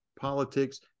politics